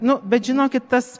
nu bet žinokit tas